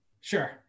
Sure